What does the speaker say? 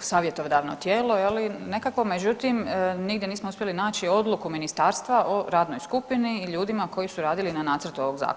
savjetodavno tijelo je li, nekako međutim nigdje nismo uspjeli naći odluku ministarstva o radnoj skupini i ljudima koji su radili na nacrtu ovog zakona.